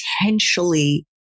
potentially